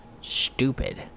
stupid